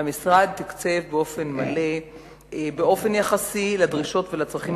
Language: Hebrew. והמשרד תקצב באופן יחסי לדרישות ולצרכים